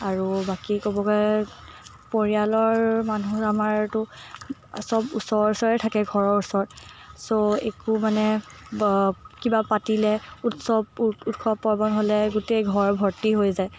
আৰু বাকী ক'ব গ'লে পৰিয়ালৰ মানুহ আমাৰতো সব ওচৰে ওচৰে থাকে ঘৰৰ ওচৰত ছ' একো মানে কিবা পাতিলে উৎসৱ উৎসৱ পাৰ্বণ হ'লে গোটেই ঘৰ ভৰ্ত্তি হৈ যায়